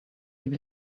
able